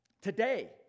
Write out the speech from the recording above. Today